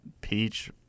peach